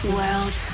World